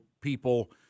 people